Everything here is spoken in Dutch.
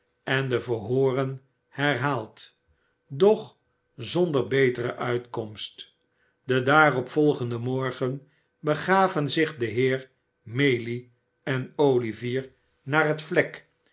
en de verhooren herhaald doch zonder betere uitkomst den daarop volgenden morgen begaven zich de heer mayüe en oüvier naar het vlek